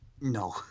No